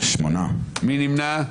מי נמנע?